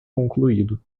concluído